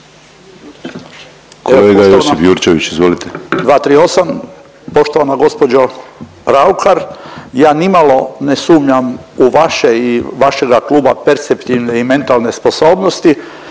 238. Poštovana gospođo Raukar ja nimalo ne sumnjam u vaše i vašega kluba perceptivne i mentalne sposobnosti